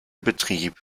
betrieb